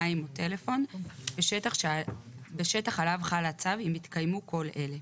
מים או טלפון בשטח עליו חל הצו אם התקיימו כל אלה: